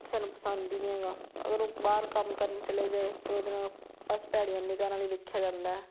ਕਿਸੇ ਨੂੰ ਪਸੰਦ ਨਹੀਂ ਹੈਗਾ ਅਗਰ ਉਹ ਬਾਹਰ ਕੰਮ ਕਰਨ ਚਲੇ ਜਾਏ ਅਤੇ ਉਹਦੇ ਨਾਲ ਬਸ ਭੈੜੀਆਂ ਨਿਗਾ ਨਾਲ ਹੀ ਵੇਖਿਆ ਜਾਂਦਾ